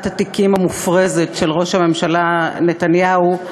התיקים המופרזת של ראש הממשלה נתניהו,